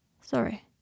Sorry